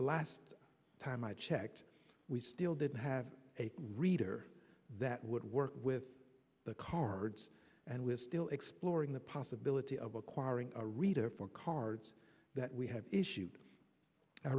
last time i checked we still didn't have a reader that would work with the cards and we're still exploring the possibility of acquiring a reader for cards that we have issued i